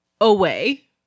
away